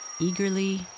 Eagerly